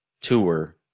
tour